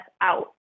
out